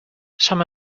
some